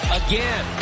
again